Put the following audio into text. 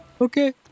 Okay